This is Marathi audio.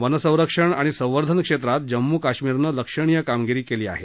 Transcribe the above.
वनसंरक्षण आणि संवर्धनक्षेत्रात जम्मू काश्मीरनं लक्षणीय कामगिरी केली आहे